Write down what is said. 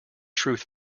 truth